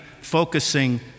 focusing